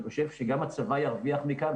ואני חושב שגם הצבא ירוויח מכך,